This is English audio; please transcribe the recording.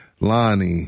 Lonnie